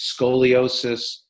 scoliosis